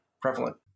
prevalent